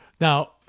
Now